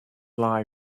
life